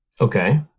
Okay